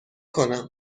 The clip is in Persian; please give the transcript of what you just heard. کنم